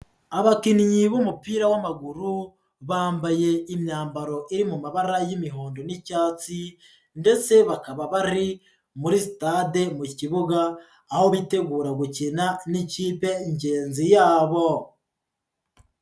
Abakinnyi b'umupira w'amaguru bambaye imyambaro iri mu mabara y'imihondo n'icyatsi ndetse bakaba bari muri sitade mu kibuga aho bitegura gukina n'ikipe ngenzi yabo.